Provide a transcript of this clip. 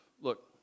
Look